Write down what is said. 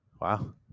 wow